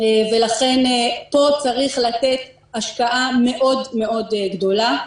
ולכן פה צריך לתת השקעה מאוד מאוד גדולה.